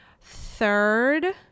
Third